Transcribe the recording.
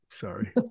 Sorry